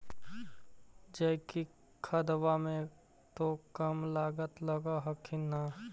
जैकिक खदबा मे तो कम लागत लग हखिन न?